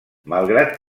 malgrat